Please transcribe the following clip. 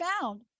found